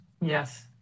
Yes